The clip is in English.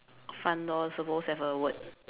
front door supposed to have a word